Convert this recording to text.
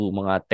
mga